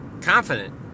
confident